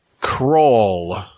Crawl